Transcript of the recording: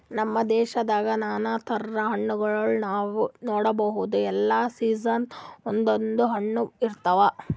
ನಮ್ ದೇಶದಾಗ್ ನಾನಾ ಥರದ್ ಹಣ್ಣಗೋಳ್ ನಾವ್ ನೋಡಬಹುದ್ ಎಲ್ಲಾ ಸೀಸನ್ಕ್ ಒಂದೊಂದ್ ಹಣ್ಣ್ ಇರ್ತವ್